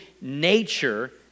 nature